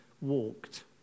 walked